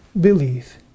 believe